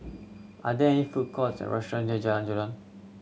are there any food courts or restaurants near Jalan Jelutong